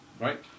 right